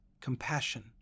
compassion